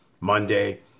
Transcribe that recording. Monday